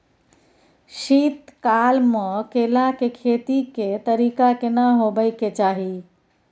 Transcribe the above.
शीत काल म केला के खेती के तरीका केना होबय के चाही?